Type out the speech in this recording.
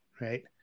Right